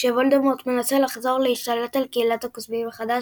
כשוולדמורט מנסה לחזור ולהשתלט על קהילת הקוסמים מחדש,